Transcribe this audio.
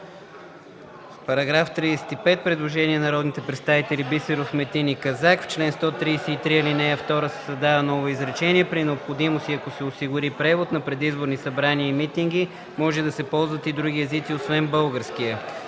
ЦИПОВ: Предложение на народните представители Бисеров, Метин и Казак по § 35: В чл. 133, ал. 2 се създава ново изречение: „При необходимост и ако се осигури превод, на предизборни събрания и митинги може да се ползват и други езици, освен българския.”